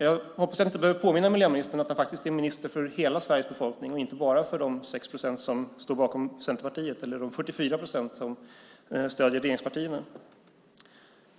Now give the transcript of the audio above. Jag hoppas att jag inte behöver påminna miljöministern om att han faktiskt är minister för hela Sveriges befolkning och inte bara för de 6 procent som står bakom Centerpartiet eller de 44 procent som stöder regeringspartierna.